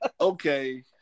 Okay